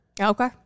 okay